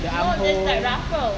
the arm hold